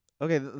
Okay